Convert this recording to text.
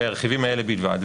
והרכיבים האלה בלבד,